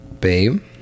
Babe